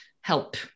help